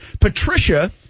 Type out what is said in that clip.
Patricia